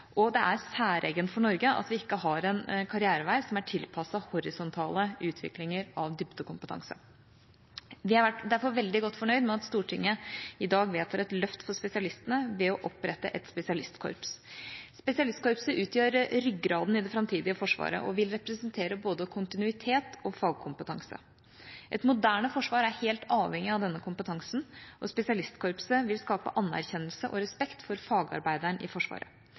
og det er særegent for Norge at vi ikke har en karrierevei som er tilpasset horisontale utviklinger av dybdekompetanse. Vi er derfor veldig godt fornøyd med at Stortinget i dag vedtar et løft for spesialistene ved å opprette et spesialistkorps. Spesialistkorpset utgjør ryggraden i det framtidige Forsvaret og vil representere både kontinuitet og fagkompetanse. Et moderne forsvar er helt avhengig av denne kompetansen, og spesialistkorpset vil skape anerkjennelse og respekt for fagarbeideren i Forsvaret.